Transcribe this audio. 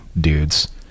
dudes